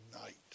night